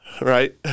Right